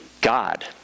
God